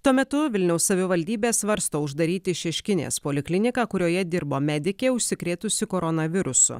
tuo metu vilniaus savivaldybė svarsto uždaryti šeškinės polikliniką kurioje dirbo medikė užsikrėtusi koronavirusu